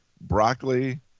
broccoli